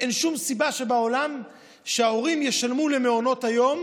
אין שום סיבה בעולם שההורים ישלמו למעונות היום